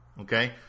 Okay